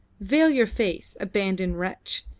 veil your face, abandoned wretch!